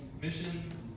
mission